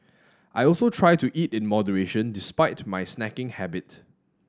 I also try to eat in moderation despite my snacking habit